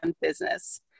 business